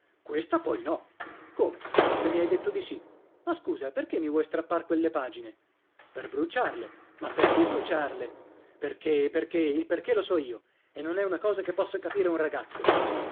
questo poi no come ma se mi hai detto di si ma scusa perché mi vuoi strappar quelle pagine per bruciarle ma perché bruciarle perché perché il perché lo so io e non è una cosa che possa capire un ragazzo